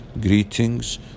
greetings